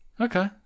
Okay